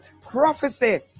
Prophecy